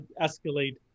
escalate